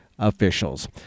Officials